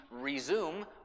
resume